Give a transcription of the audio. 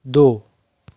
दो